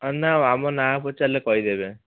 ଆମ ନା ପଚାରିଲେ କହିଦେବେ